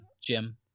Jim